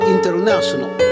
International